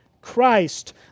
Christ